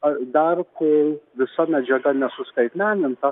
dar kol visa medžiaga nesuskaitmeninta